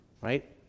right